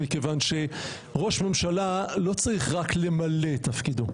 מכיוון שראש ממשלה לא צריך רק למלא את תפקידו,